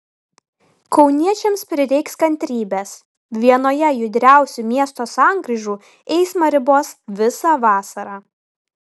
kauniečiams prireiks kantrybės vienoje judriausių miesto sankryžų eismą ribos visą vasarą